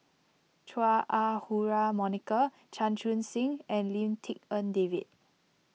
Chua Ah Huwa Monica Chan Chun Sing and Lim Tik En David